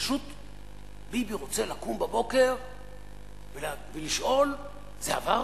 פשוט ביבי רוצה לקום בבוקר ולשאול: זה עבר?